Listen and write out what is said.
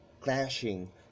clashing